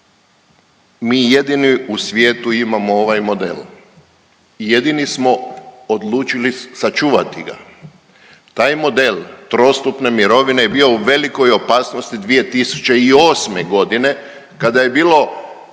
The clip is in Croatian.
Mi jedini u svijetu imamo ovaj model i jedini smo odlučili sačuvati ga. Taj model trostupne mirovine je bio u velikoj opasnosti 2008. g. kada je bilo